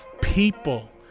people